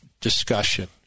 discussion